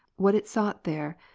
what it sought there,